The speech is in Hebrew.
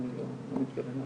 המדריכים שלנו